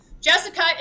Jessica